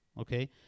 Okay